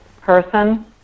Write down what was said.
person